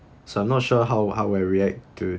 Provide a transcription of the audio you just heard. so I'm not sure how how I react to